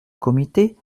comité